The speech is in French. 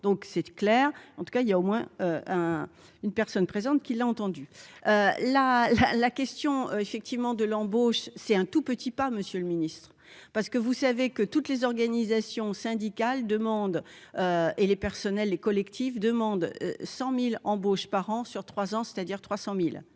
donc c'est clair, en tout cas, il y a au moins un, une personne présente, qui l'a entendu la la la question effectivement de l'embauche, c'est un tout petit pas, Monsieur le Ministre, parce que vous savez que toutes les organisations syndicales demandent et les personnels et collectifs 100000 embauches par an sur 3 ans, c'est-à-dire 300000